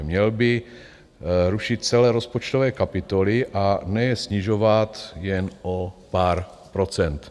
Měl by rušit celé rozpočtové kapitoly a ne je snižovat jen o pár procent.